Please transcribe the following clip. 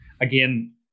Again